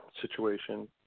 situation